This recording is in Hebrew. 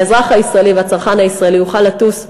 האזרח הישראלי והצרכן הישראלי יוכל לטוס יותר,